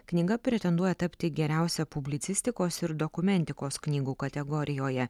knyga pretenduoja tapti geriausia publicistikos ir dokumentikos knygų kategorijoje